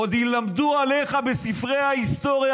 עוד ילמדו עליך בספרי ההיסטוריה,